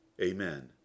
Amen